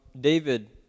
David